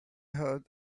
heard